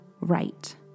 right